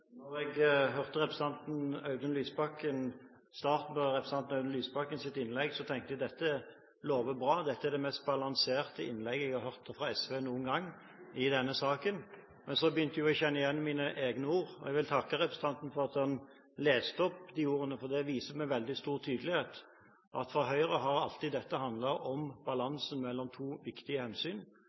det mest balanserte innlegget jeg har hørt fra SV noen gang i denne saken. Men så begynte jeg å kjenne igjen mine egne ord. Jeg vil takke representanten for at han leste opp de ordene, for det viser med veldig stor tydelighet at for Høyre har dette alltid handlet om balansen mellom to viktige hensyn.